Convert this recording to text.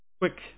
Quick